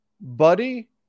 Buddy